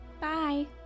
Bye